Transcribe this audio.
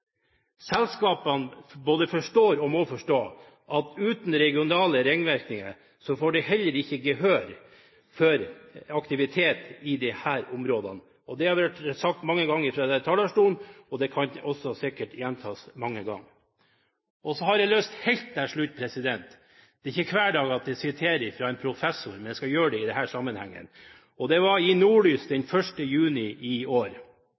Selskapene både forstår og må forstå at uten regionale ringvirkninger får de heller ikke gehør for aktivitet i disse områdene. Det er blitt sagt mange ganger fra denne talerstolen, og det kan også sikkert gjentas mange ganger. Så helt til slutt: Det er ikke hver dag jeg siterer fra en professor, men jeg skal gjøre det i denne sammenhengen. I Nordlys 1. juni i år